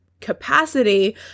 capacity